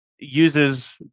uses